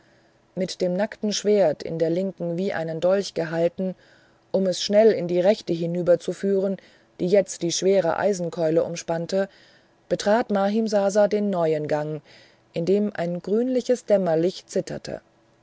mit dem nackten schwert in der linken wie ein dolch gehalten um es schnell in die rechte hinüberzuführen die jetzt die schwere eisenkeule umspannte betrat mahimsasa den neuen gang in dem ein grünliches dämmerlicht zitterte